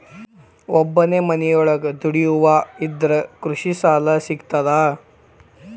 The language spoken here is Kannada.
ಒಬ್ಬನೇ ಮನಿಯೊಳಗ ದುಡಿಯುವಾ ಇದ್ರ ಕೃಷಿ ಸಾಲಾ ಸಿಗ್ತದಾ?